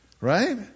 Right